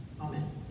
Amen